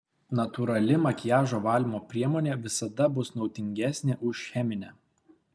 natūrali makiažo valymo priemonė visada bus naudingesnė už cheminę